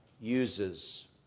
uses